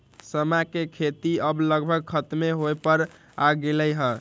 समा के खेती अब लगभग खतमे होय पर आ गेलइ ह